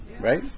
right